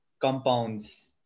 compounds